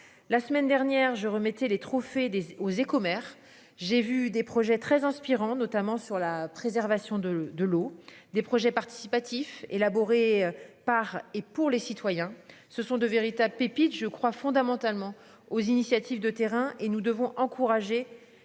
la semaine dernière je remettez les trophées des aux commère. J'ai vu des projets très inspirant notamment sur la préservation de de l'eau des projets participatifs élaboré par et pour les citoyens. Ce sont de véritables pépites je crois fondamentalement aux initiatives de terrain et nous devons encourager.